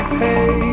hey